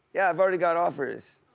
yeah have already got offers.